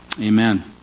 Amen